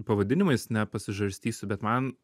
pavadinimais nepasižarstysiu bet man